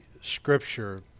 scripture